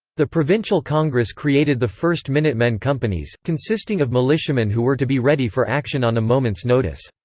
the provincial congress created the first minutemen companies, consisting of militiamen who were to be ready for action on a moment's notice.